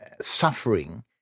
suffering